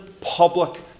public